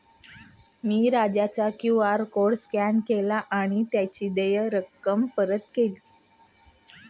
मी राजाचा QR code scan केला आणि त्याची देय रक्कम परत केली